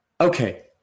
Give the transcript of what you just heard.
Okay